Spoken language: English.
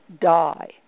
die